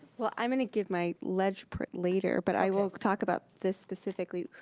well, i'm gonna give my ledge report later, but i will talk about this specifically.